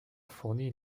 fournit